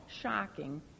shocking